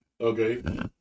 okay